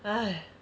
!aiya!